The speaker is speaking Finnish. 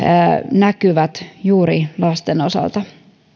näkyvät juuri lasten osalta